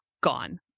gone